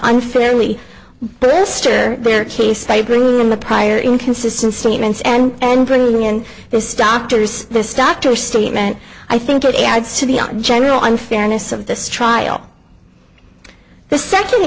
unfairly brister their case by bringing in the prior inconsistent statements and bringing in this doctors this doctor statement i think it adds to the general unfairness of this trial the second